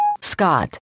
Scott